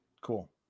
Cool